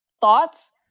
thoughts